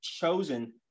chosen